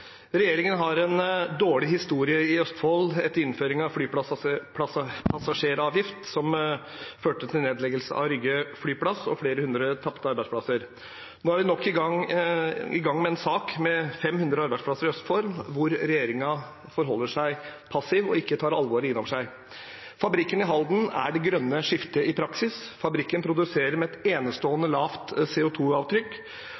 Regjeringen har en dårlig historie i Østfold etter innføringen av flypassasjeravgift, som førte til nedleggelse av Rygge flyplass og flere hundre tapte arbeidsplasser. Nå er de i gang med nok en sak – om 500 arbeidsplasser – i Østfold, hvor regjeringen forholder seg passiv og ikke tar alvoret inn over seg. Fabrikken i Halden er det grønne skiftet i praksis. Fabrikken produserer med et